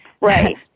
Right